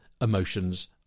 emotions